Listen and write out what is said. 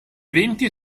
eventi